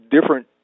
different